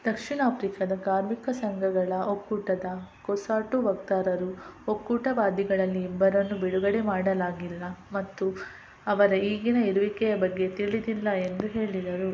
ದಕ್ಷಿಣ ಆಫ್ರಿಕಾದ ಕಾರ್ಮಿಕ ಸಂಗಗಳ ಒಕ್ಕೂಟದ ಕೊಸಾಟು ವಕ್ತಾರರು ಒಕ್ಕೂಟವಾದಿಗಳಲ್ಲಿ ಇಬ್ಬರನ್ನು ಬಿಡುಗಡೆ ಮಾಡಲಾಗಿಲ್ಲ ಮತ್ತು ಅವರ ಈಗಿನ ಇರುವಿಕೆಯ ಬಗ್ಗೆ ತಿಳಿದಿಲ್ಲ ಎಂದು ಹೇಳಿದರು